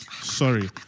Sorry